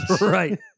Right